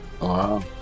Wow